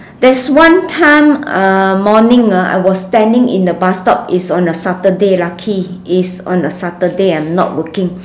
there's one time uh morning ah I was standing in the bus stop it's on a Saturday lucky is on a Saturday I'm not working